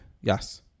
Yes